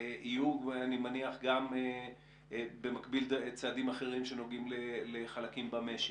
יהיו אני מניח גם במקביל צעדים אחרים שנוגעים לחלקים במשק.